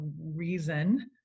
reason